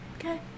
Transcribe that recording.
Okay